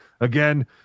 again